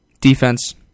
defense